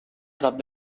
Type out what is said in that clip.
prop